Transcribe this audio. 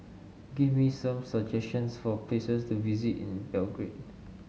give me some suggestions for places to visit in Belgrade